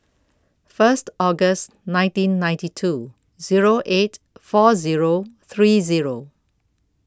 First August nineteen ninety two Zero eight four Zero three Zero